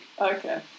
Okay